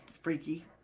freaky